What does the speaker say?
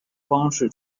方式